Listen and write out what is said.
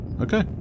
Okay